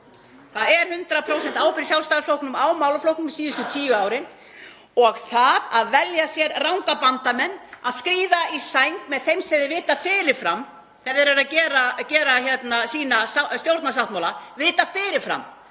Það er 100% ábyrgð Sjálfstæðisflokksins á málaflokknum síðustu tíu árin og það að velja sér ranga bandamenn, að skríða í sæng með þeim sem þeir vita fyrir fram þegar þeir eru að gera sína stjórnarsáttmála að verða